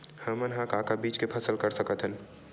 हमन ह का का बीज के फसल कर सकत हन?